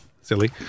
silly